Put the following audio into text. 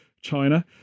China